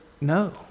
no